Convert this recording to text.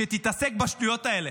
לא בחר בממשלה שתתעסק בשטויות האלה.